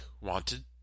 wanted